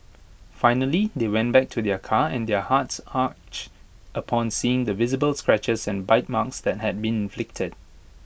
finally they went back to their car and their hearts upon seeing the visible scratches and bite marks that had been inflicted